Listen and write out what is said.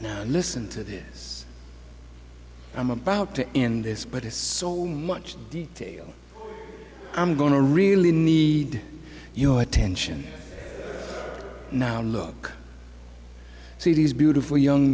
you listen to this i'm about to end this but it's so much detail i'm going to really need your attention now look see these beautiful young